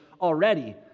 already